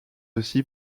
aussi